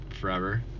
forever